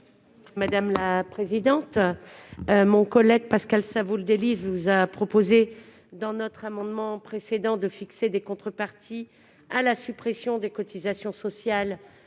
Cathy Apourceau-Poly. Mon collègue Pascal Savoldelli a proposé, dans notre amendement précédent, de fixer des contreparties à la suppression des cotisations sociales